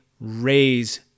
raise